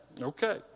Okay